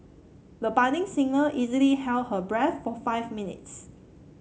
the budding singer easily held her breath for five minutes